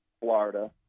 Florida